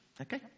okay